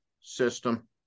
system